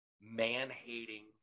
man-hating